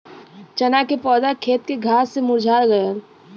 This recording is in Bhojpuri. चन्ना क पौधा खेत के घास से मुरझा गयल